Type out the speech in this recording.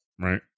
Right